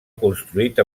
construït